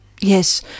Yes